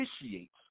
initiates